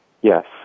Yes